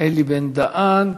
אלי בן-דהן.